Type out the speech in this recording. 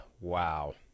Wow